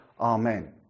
Amen